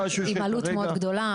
עם עלות מאוד גדולה,